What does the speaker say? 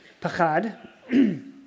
Pachad